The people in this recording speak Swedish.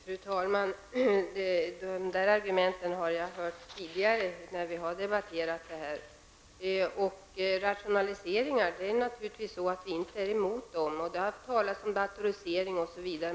Fru talman! Det argumentet, herr statsråd, har jag hört tidigare. Rationaliseringar är vi naturligtvis inte emot. Det har talats om datorisering osv.